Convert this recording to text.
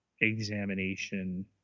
examination